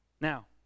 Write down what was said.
Now